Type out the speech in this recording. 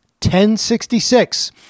1066